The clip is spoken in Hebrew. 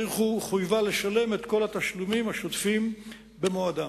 העיר חויבה לשלם את כל התשלומים השוטפים במועדם.